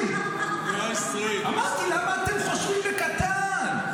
למה רק 90. אמרתי, למה אתם חושבים בקטן?